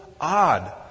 odd